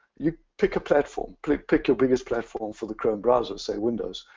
you pick a platform. pick pick your biggest platform for the chrome browser, say windows.